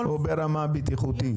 או ברמה הבטיחותית?